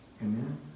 Amen